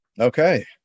Okay